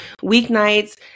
weeknights